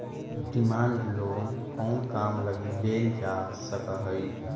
Demand loan कउन काम लगी लेल जा सकऽ हइ?